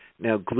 Now